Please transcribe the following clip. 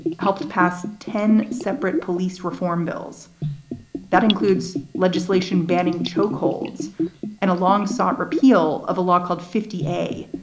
helped passed ten separate police reform bills that includes legislation banning chokeholds and a long sought repeal of a law called fifty a,